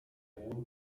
hohen